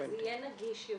זה יהיה נגיש יותר,